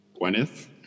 Gwyneth